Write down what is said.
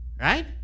Right